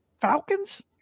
Falcons